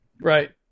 Right